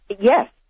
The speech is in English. Yes